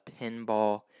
Pinball